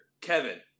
Kevin